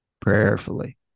prayerfully